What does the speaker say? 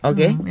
Okay